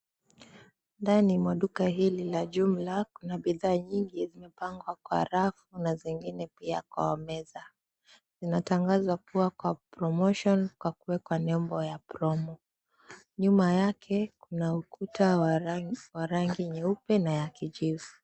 Ndani ya duka hili la jumla kuna bidhaa nyingi zimepangwa kwa rafu zingine pia kwa meza inatangaza kuwa kwa promotion kwa kuwekwa nembo ya, Promo nyuma yake kuna ukuta wa rangi nyeupe na ya kijivu.